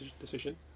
decision